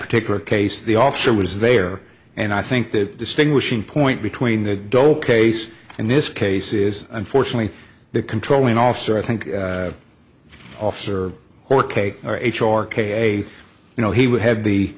particular case the officer was there and i think the distinguishing point between the dole case in this case is unfortunately the controlling also i think officer or k or h r k you know he would have the